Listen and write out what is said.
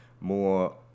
more